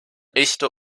echte